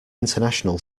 international